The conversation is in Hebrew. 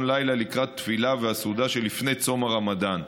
לילה לקראת התפילה והסעודה שלפני צום הרמדאן.